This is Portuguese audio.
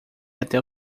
até